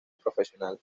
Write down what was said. profesional